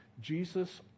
Jesus